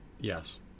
yes